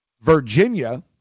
Virginia